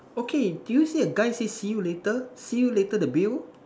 okay do you see a guy say see you later see you later the bill